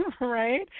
right